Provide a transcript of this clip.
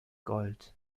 gold